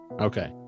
Okay